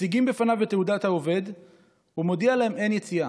מציגים בפניו את תעודת העובד והוא מודיע להם שאין יציאה.